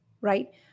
right